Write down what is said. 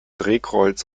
drehkreuz